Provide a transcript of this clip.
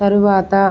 తరువాత